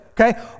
Okay